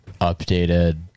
updated